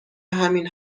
همین